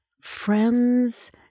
friends